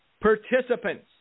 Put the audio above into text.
participants